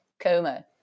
coma